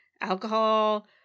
alcohol